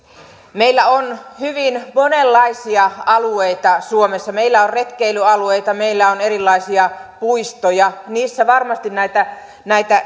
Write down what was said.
meillä on hyvin monenlaisia alueita suomessa meillä on retkeilyalueita meillä on erilaisia puistoja niissä varmasti näitä näitä